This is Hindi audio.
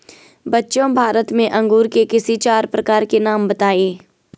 बच्चों भारत में अंगूर के किसी चार प्रकार के नाम बताओ?